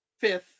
fifth